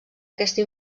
aquesta